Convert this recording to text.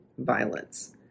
violence